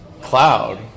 cloud